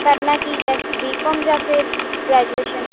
ਕਰਨਾ ਕੀ ਹੈ ਬੀ ਕੌਮ ਜਾਂ ਫਿਰ ਗ੍ਰੈਜੂਏਸ਼ਨ